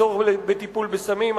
הצורך בטיפול בסמים,